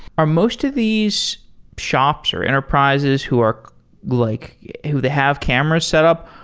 are most of these shops or enterprises who are like who they have cameras setup,